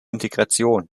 integration